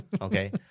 Okay